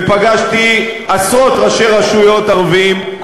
ופגשתי עשרות ראשי רשויות ערביים,